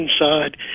inside